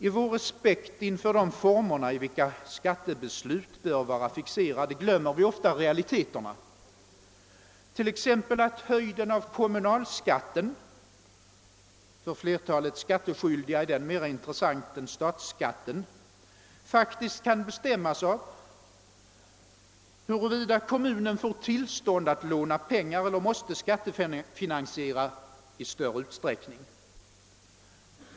I vår respekt inför de former i vilka skattebeslut bör vara fixerade glömmer vi ofta realiteterna, t.ex. att höjden av kommunalskatten — för flertalet skattskyldiga är den mera intressant än statsskatten — faktiskt kan bestämmas av huruvida kommunen får tillstånd att låna pengar eller måste skattefinansiera i större utsträckning.